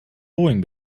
boeing